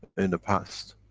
in the past,